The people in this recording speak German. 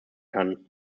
kann